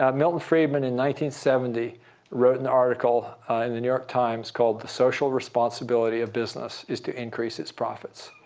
ah milton friedman in one seventy wrote an article in the new york times called the social responsibility of business is to increase its profits.